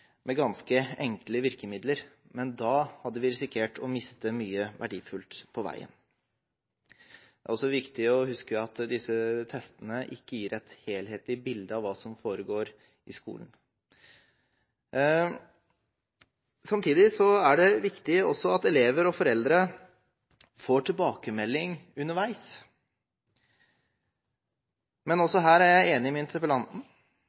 med ganske enkle virkemidler, men da hadde vi risikert å miste mye verdifullt på veien. Det er også viktig å huske at disse testene ikke gir et helhetlig bilde av hva som foregår i skolen. Samtidig er det viktig at elever og foreldre får tilbakemelding underveis, men her er jeg enig med interpellanten